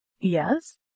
Yes